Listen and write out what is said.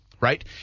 right